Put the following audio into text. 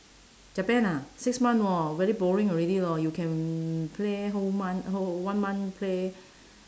japan ah six month [wor] very boring already lor you can play whole month whole one month play